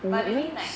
but maybe like